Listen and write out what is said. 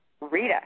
Rita